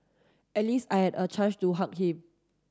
at least I had a chance to hug him